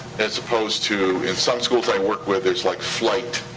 as opposed to in some schools that i work with, there's like flight.